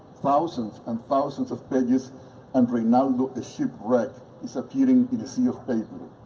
thousands and thousands of pages and reinaldo a shipwreck disappearing in a sea of paper.